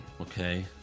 Okay